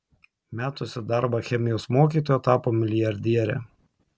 metusi darbą chemijos mokytoja tapo milijardiere